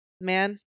man